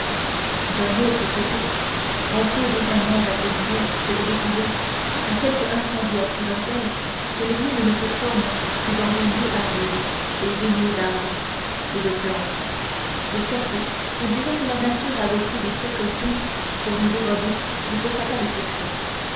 d'un autre côté on peut d'autant moins attribuer cette découverte à quelque incendie accidentel que les mines ne se forment que dans des lieux arides et dénués d'arbres et de plantes de sorte qu'on dirait que la nature avait pris des précautions pour nous dérober ce fatal secret